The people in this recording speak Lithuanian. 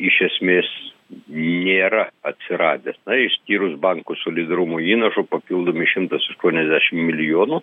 iš esmės nėra atsiradęs išskyrus bankų solidarumo įnašo papildomi šimtas aštuoniasdešim milijonų